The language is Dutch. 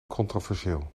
controversieel